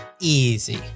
easy